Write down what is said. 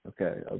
okay